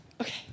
okay